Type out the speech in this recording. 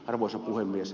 arvoisa puhemies